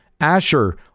Asher